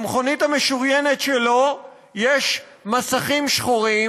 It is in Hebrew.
במכונית המשוריינת שלו יש מסכים שחורים,